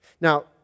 Now